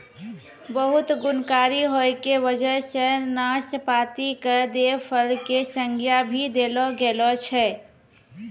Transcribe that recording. बहुत गुणकारी होय के वजह सॅ नाशपाती कॅ देव फल के संज्ञा भी देलो गेलो छै